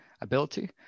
ability